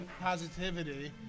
positivity